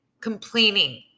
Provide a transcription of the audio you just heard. complaining